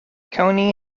coyne